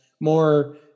more